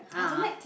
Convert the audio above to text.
a'ah